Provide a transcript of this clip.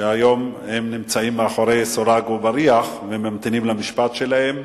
שהיום נמצאים מאחורי סורג ובריח וממתינים למשפט שלהם,